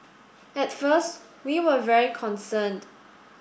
at first we were very concerned